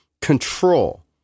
control